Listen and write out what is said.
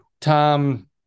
Tom